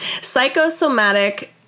psychosomatic